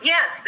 Yes